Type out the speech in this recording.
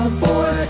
boy